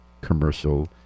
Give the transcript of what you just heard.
commercial